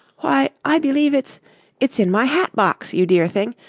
why, i believe it's it's in my hat box, you dear thing!